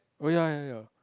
oh ya ya ya